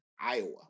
Iowa